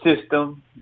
system